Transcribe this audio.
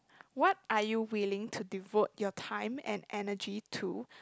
what are you willing to devote your time and energy to